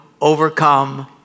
overcome